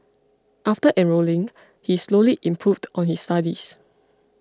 after enrolling he slowly improved on his studies